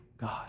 God